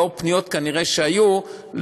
כנראה לנוכח פניות שהיו,